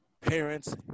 parents